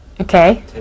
Okay